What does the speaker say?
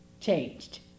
changed